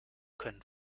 können